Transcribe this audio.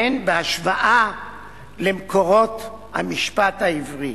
והן בהשוואה למקורות המשפט העברי.